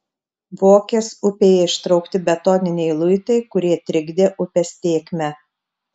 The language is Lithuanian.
vokės upėje ištraukti betoniniai luitai kurie trikdė upės tėkmę